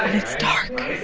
it's dark. and